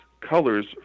colors